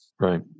Right